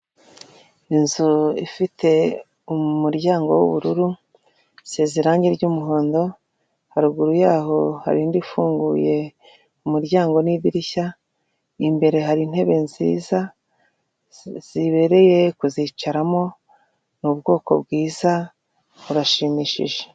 Inzu ifite umuryango w'ubururu isze irangi ry'muhondo, haruguru yaho hari indi ifunguye umuryango n'idirishya, imbere hari intebe nziza zibereye kuzicaramo ni ubwoko bwiza burashimishije.